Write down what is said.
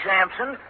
Samson